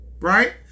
right